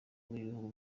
bw’ibihugu